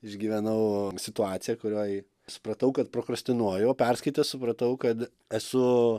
išgyvenau situaciją kurioj supratau kad prokrastinuoju o perskaitęs supratau kad esu